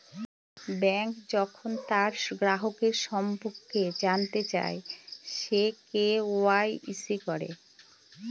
bank যখন তার গ্রাহকের সম্পর্কে জানতে চায়, সে কে.ওয়া.ইসি করে